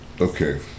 okay